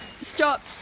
Stop